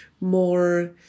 more